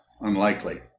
Unlikely